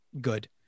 Good